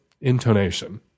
intonation